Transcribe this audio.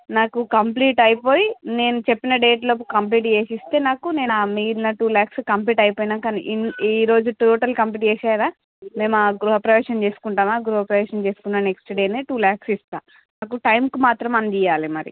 నాకు కంప్లీట్ అయిపోయి నేను చెప్పిన డేట్ లోపు కంప్లీట్ చేసిస్తే నాకు నేను ఆ మిగిలిన టూ లాక్స్ కంప్లీట్ అయిపోయాక ఇన్ ఈ రోజు టోటల్ కంప్లీట్ చేశారా మేము ఆ గృహప్రవేశం చేసుకుంటామా గృహప్రవేశం చేసుకున్న నెక్స్ట్ డేనే టూ లాక్స్ ఇస్తా నాకు టైంకి మాత్రం అందియ్యాలి మరి